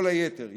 כל היתר,